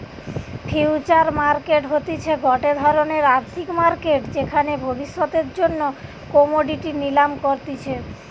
future market হতিছে গটে ধরণের আর্থিক মার্কেট যেখানে ভবিষ্যতের জন্য কোমোডিটি নিলাম করতিছে